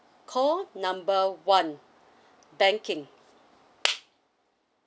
call number one banking